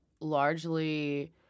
largely